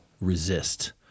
resist